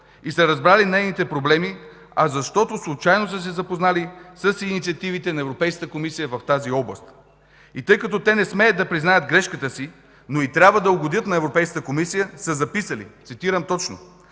и са разбрали нейните проблеми, а защото случайно са се запознали с инициативите на Европейската комисия в тази област. И тъй като не смеят да признаят грешката си, но и трябва да угодят на Европейската комисия, са записали – цитирам точно: